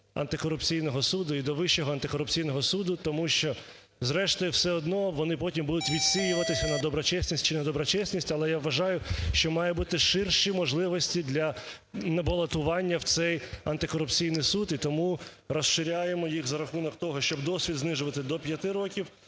антикорупційного суду і до Вищого антикорупційного суду. Тому що зрештою все одно вони потім будуть відсіюватися на доброчесність чинедоброчесність. Але я вважаю, що мають бути ширші можливості для балотування в цей антикорупційний суд. І тому розширяємо їх за рахунок того, щоб досвід знижувати до 5 років,